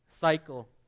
cycle